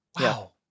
Wow